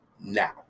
now